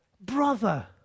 brother